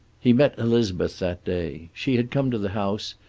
he met elizabeth that day. she had come to the house,